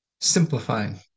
simplifying